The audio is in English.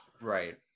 right